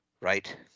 right